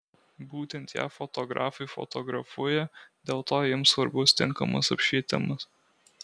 būtent ją fotografai fotografuoja dėl to jiems svarbus tinkamas apšvietimas